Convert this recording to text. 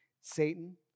Satan